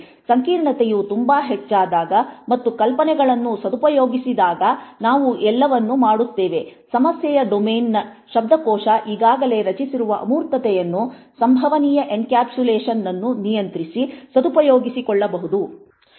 ಸಂಕೀರ್ಣತೆಯು ತುಂಬಾ ಹೆಚ್ಚಾದಾಗ ಮತ್ತು ಕಲ್ಪನೆಗಳನ್ನು ಸದುಪಯೋಗಪಡಿಸಿದಾದ ನಾವು ಈ ಎಲ್ಲವನ್ನು ಮಾಡುತ್ತೇವೆ ಸಮಸ್ಯೆಯ ಡೊಮೇನ್ನ ಶಬ್ದಕೋಶ ಈಗಾಗಲೇ ರಚಿಸಿರುವ ಅಮೂರ್ತತೆಯನ್ನು ಸಂಭವನೀಯ ಎನ್ಕ್ಯಾಪ್ಸುಲೇಷನನ್ನು ನಿಯಂತ್ರಿ ಸಿ ಸದುಪಯೋಗಪಡಿಸಿಕೊಳ್ಳಬಹುದು